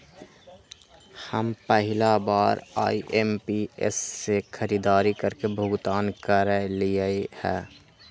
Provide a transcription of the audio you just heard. हम पहिला बार आई.एम.पी.एस से खरीदारी करके भुगतान करलिअई ह